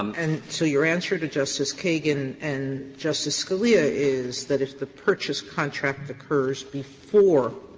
um and so your answer to justice kagan and justice scalia is that if the purchase contract occurs before